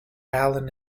alan